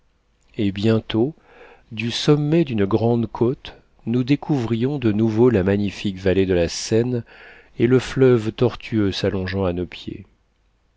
et bientôt du sommet d'une grande côte nous découvrions de nouveau la magnifique vallée de la seine et le fleuve tortueux s'allongeant à nos pieds